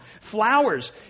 Flowers